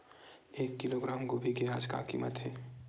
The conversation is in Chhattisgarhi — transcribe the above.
एक किलोग्राम गोभी के आज का कीमत हे?